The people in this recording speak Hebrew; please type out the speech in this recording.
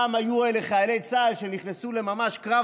והפעם היו אלה חיילי צה"ל שנכנסו ממש לקרב